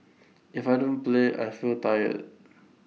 if I don't play I feel tired